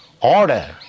order